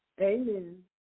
Amen